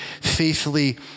faithfully